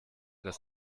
das